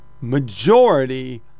majority